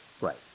Right